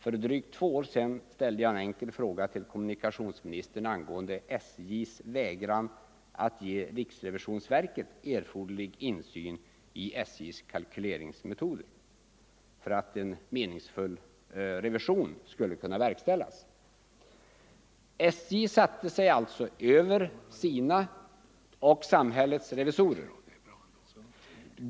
För drygt två år sedan ställde jag en enkel fråga till kommunikationsministern angående SJ:s vägran att ge riksrevisionsverket sådan insyn i SJ:s kalkyleringsmetoder att en meningsfull revision skulle kunna verkställas. SJ satte sig över sina och samhällets revisorer.